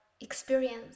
experience